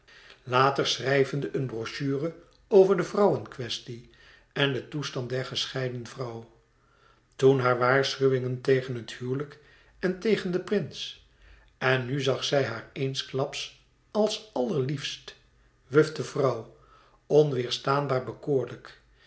later schrijvende een brochure over de vrouwenkwestie en de toestand der gescheiden vrouw toen haar waarschuwingen tegen het huwelijk en tegen den prins en nu zag zij haar eensklaps als allerliefst wufte vrouw onweêrstaanbaar